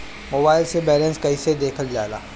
Mobile से balance कइसे देखल जाला?